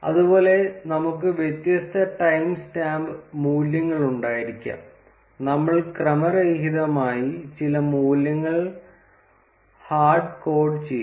അതുപോലെ നമുക്ക് വ്യത്യസ്ത ടൈം സ്റ്റാമ്പ് മൂല്യങ്ങൾ ഉണ്ടായിരിക്കാം നമ്മൾ ക്രമരഹിതമായി ചില മൂല്യങ്ങൾ ഹാർഡ് കോഡ് ചെയ്യും